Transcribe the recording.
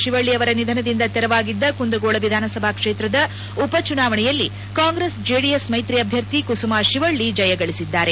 ಶಿವಳ್ಳಿ ಅವರ ನಿಧನದಿಂದ ತೆರವಾಗಿದ್ದ ಕುಂದಗೋಳ ವಿಧಾನಸಭಾ ಕ್ಷೇತ್ರದ ಉಪಚುನಾವಣೆಯಲ್ಲಿ ಕಾಂಗ್ರೆಸ್ ಜೆಡಿಎಸ್ ಮೈತ್ರಿ ಅಭ್ಯರ್ಥಿ ಕುಸುಮಾ ಶಿವಳ್ಳಿ ಜಯಗಳಿಸಿದ್ದಾರೆ